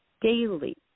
daily